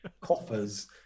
coffers